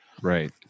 Right